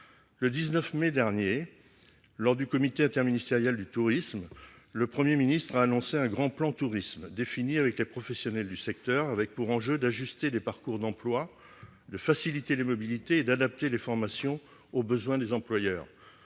Le 17 mai dernier, lors du comité interministériel du tourisme, le Premier ministre a annoncé un grand plan tourisme, défini avec les professionnels du secteur, ayant pour ambition d'ajuster des parcours d'emploi, de faciliter les mobilités et d'adapter les formations aux besoins des employeurs.